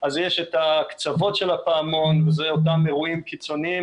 אז יש את הקצוות של הפעמון וזה אותם אירועים קיצוניים,